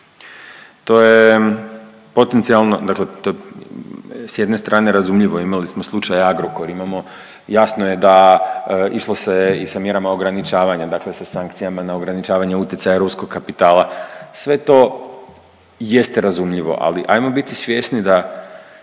to je potencijalno, dakle to je s jedne strane razumljivo imali smo slučaj Agrokor, imamo, jasno je da, išlo se i sa mjerama ograničavanja, dakle sa sankcijama na ograničavanje utjecaja ruskog kapitala. Sve to jeste razumljivo, ali hajmo biti svjesni da